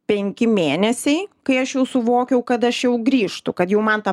penki mėnesiai kai aš jau suvokiau kad aš jau grįžtu kad jau man ta